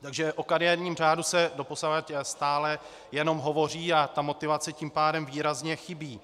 Takže o kariérním řádu se doposavad stále jenom hovoří, a ta motivace tím pádem výrazně chybí.